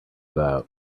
about